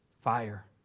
Fire